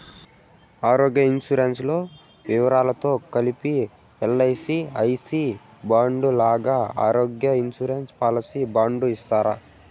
ఆరోగ్య ఇన్సూరెన్సు లో వివరాలతో కలిపి ఎల్.ఐ.సి ఐ సి బాండు లాగా ఆరోగ్య ఇన్సూరెన్సు పాలసీ బాండు ఇస్తారా?